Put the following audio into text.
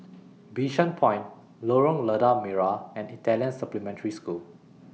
Bishan Point Lorong Lada Merah and Italian Supplementary School